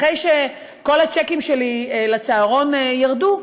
אחרי שכל הצ'קים שלי לצהרון ירדו,